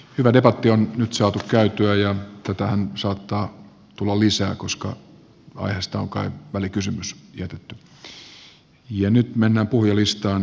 hyvä debatti on nyt saatu käytyä ja tätähän saattaa tulla lisää koska aiheesta on kai välikysymys jätetty ja nyt mennään puhujalistaan